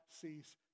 cease